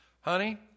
Honey